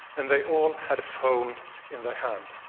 and they all had a phone in their hand.